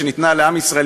שניתנה לעם ישראל,